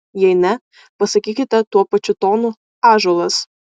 jei ne pasakykite tuo pačiu tonu ąžuolas